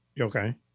Okay